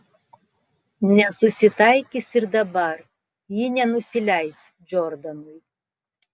nesusitaikys ir dabar ji nenusileis džordanui